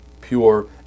pure